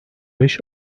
beş